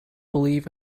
believe